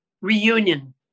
reunion